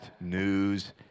news